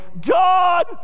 God